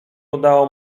udało